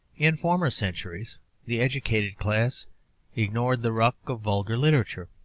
in former centuries the educated class ignored the ruck of vulgar literature.